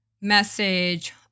message